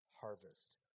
harvest